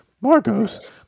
Marcos